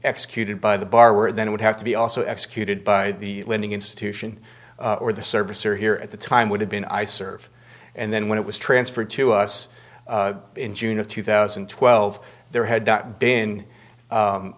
executed by the bar where then it would have to be also executed by the lending institution or the service or here at the time would have been i serve and then when it was transferred to us in june of two thousand and twelve there had not been